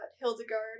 Hildegard